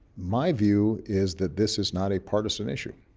my view is that this is not a partisan issue.